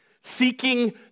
seeking